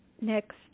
next